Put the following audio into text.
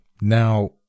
Now